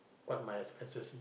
what my expenses is